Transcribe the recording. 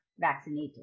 vaccinated